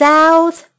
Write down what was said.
South